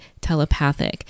telepathic